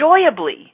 enjoyably